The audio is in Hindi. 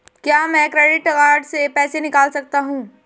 क्या मैं क्रेडिट कार्ड से पैसे निकाल सकता हूँ?